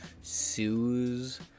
sues